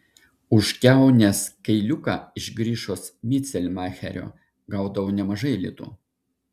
už kiaunės kailiuką iš grišos micelmacherio gaudavau nemažai litų